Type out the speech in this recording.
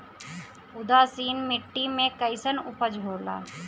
उदासीन मिट्टी में कईसन उपज होला?